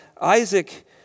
Isaac